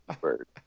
Bird